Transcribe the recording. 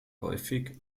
häufig